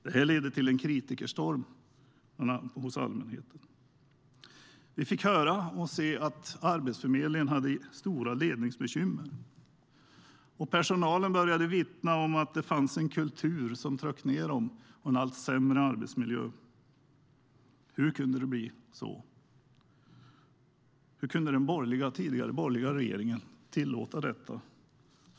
Detta ledde till en kritikerstorm hos allmänheten. Vi fick höra och se att Arbetsförmedlingen hade stora ledningsbekymmer, och personalen började vittna om att det fanns en kultur som tryckte ned dem och en allt sämre arbetsmiljö. Hur kunde det bli så? Hur kunde den borgerliga regeringen tillåta detta?